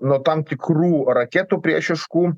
nuo tam tikrų raketų priešiškų